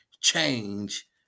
change